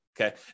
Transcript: okay